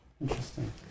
Interesting